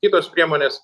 kitos priemonės